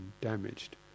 damaged